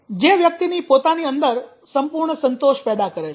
જે વ્યક્તિની પોતાની અંદર સંપૂર્ણ સંતોષ પેદા કરે છે